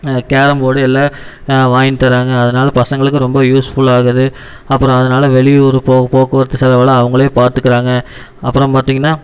carrom board எல்லாம் வாங்கி தராங்க அதனால பசங்களுக்கும் ரொம்ப யூஸ்ஃபுல்லாகுது அப்புறம் அதனால வெளியூர் போக போக்குவரத்து செலவெல்லாம் அவங்களே பார்த்துக்குறாங்க அப்புறம் பார்த்திங்கன்னா